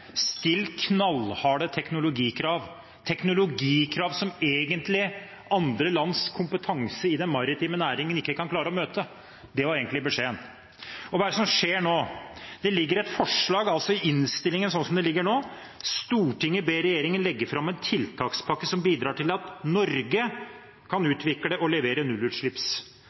knallharde teknologikrav – teknologikrav som andre lands kompetanse i den maritime næringen ikke kan klare å møte. Det var beskjeden. Og hva er det som skjer nå? Det ligger et forslag i innstillingen, sånn som den ligger nå: «Stortinget ber regjeringen legge frem en tiltakspakke som bidrar til at Norge kan utvikle og levere